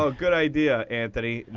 ah good idea, anthony.